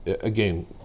Again